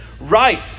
right